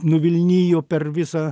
nuvilnijo per visą